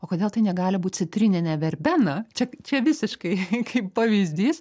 o kodėl tai negali būt citrininė verbena čia čia visiškai kaip pavyzdys